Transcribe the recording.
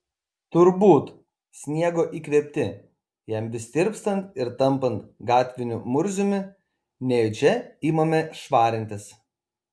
turbūt sniego įkvėpti jam vis tirpstant ir tampant gatviniu murziumi nejučia imame švarintis